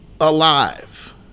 alive